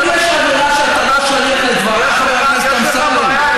כל הסביבה המושחתת, כל החוקים האלה.